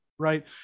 Right